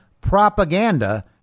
propaganda